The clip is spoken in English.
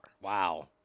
Wow